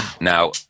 Now